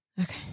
Okay